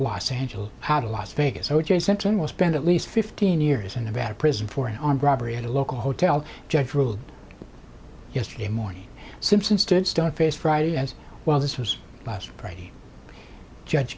los angeles how the las vegas o j simpson will spend at least fifteen years in a bad prison for an armed robbery at a local hotel judge ruled yesterday morning simpson stood stone faced friday as well this was last friday judge